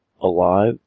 alive